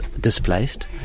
displaced